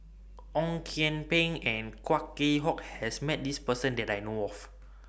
Ong Kian Peng and Kwa Geok Choo has Met This Person that I know of